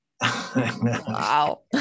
Wow